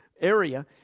area